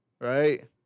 right